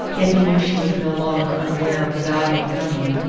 yet he knew she was no longer unaware of the value of money.